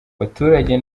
abaturage